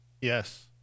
Yes